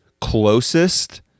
closest